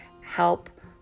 help